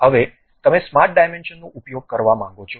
હવે તમે સ્માર્ટ ડાયમેન્શનનો ઉપયોગ કરવા માંગો છો